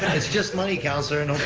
it's just money, councilor, no